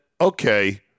okay